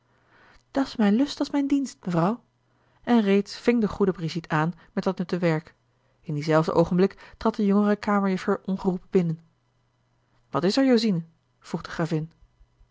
gemaakt dat's mijn lust als mijn dienst mevrouw en reeds ving de goede brigitte aan met dat nutte werk in dienzelfden oogenblik trad de jongere kamerjuffer ongeroepen binnen wat is er josine vroeg de gravin